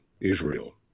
Israel